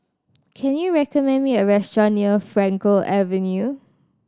can you recommend me a restaurant near Frankel Avenue